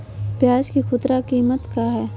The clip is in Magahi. प्याज के खुदरा कीमत क्या है?